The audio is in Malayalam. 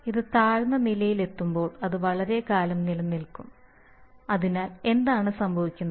ഇത് താഴ്ന്ന നിലയിലെത്തുമ്പോൾ അത് വളരെക്കാലം നിലനിൽക്കും അതിനാൽ ഇതാണ് സംഭവിക്കുന്നത്